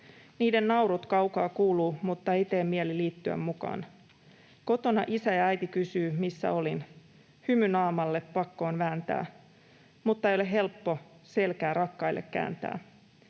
Niiden naurut kaukaa kuuluu, mutta ei tee mieli liittyä mukaan. / Kotona isä ja äiti kysyy, missä olin. / Hymy naamalle pakko on vääntää / mutta ei ole helppo selkää rakkaille kääntää.